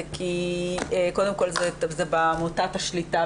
זה כי במוטת השליטה,